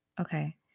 Okay